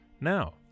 Now